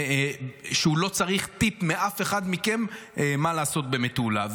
שהוא לא צריך טיפ מאף אחד מכם מה לעשות במטולה.